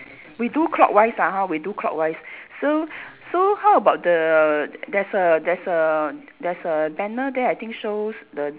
we do clockwise lah hor we do clockwise so so how about the there's a there's a there's a banner there I think shows the